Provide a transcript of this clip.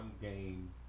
game